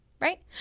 right